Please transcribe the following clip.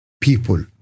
people